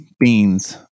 Beans